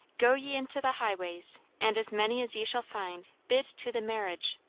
go ye into the highways, and as many as ye shall find, bid to the marriage